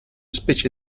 specie